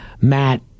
Matt